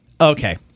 Okay